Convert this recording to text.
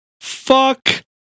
fuck